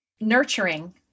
Nurturing